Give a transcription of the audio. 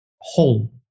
whole